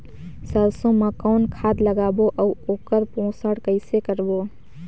सरसो मा कौन खाद लगाबो अउ ओकर पोषण कइसे करबो?